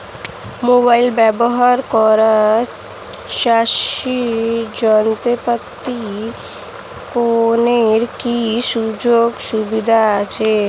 Mobile ব্যবহার করে চাষের যন্ত্রপাতি কেনার কি সুযোগ সুবিধা আছে?